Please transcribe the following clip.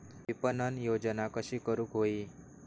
विपणन योजना कशी करुक होई?